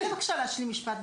תן לי בבקשה להשלים משפט.